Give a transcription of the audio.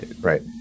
Right